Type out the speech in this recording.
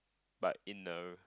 but in the